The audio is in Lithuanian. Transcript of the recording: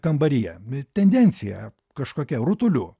kambaryje tendenciją kažkokia rutulių